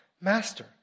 master